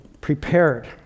Prepared